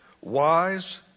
Wise